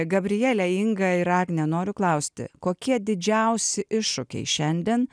gabriele inga ir agne noriu klausti kokie didžiausi iššūkiai šiandien